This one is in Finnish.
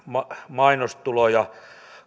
mainostuloja